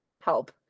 help